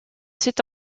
c’est